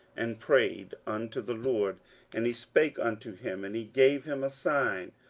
and prayed unto the lord and he spake unto him, and he gave him a sign.